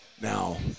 Now